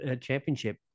Championship